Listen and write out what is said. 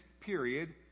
period